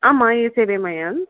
ஆமாம் இசேவை மையம்